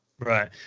Right